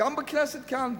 גם בכנסת כאן,